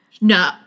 No